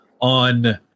on